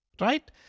Right